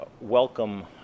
welcome